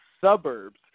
Suburbs